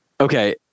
okay